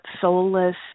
soulless